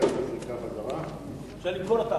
אפשר למכור.